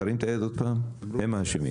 תרים את היד עוד פעם הם האשמים.